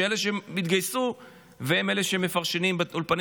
שהם אלה שהתגייסו והם אלה שמפרשנים באולפני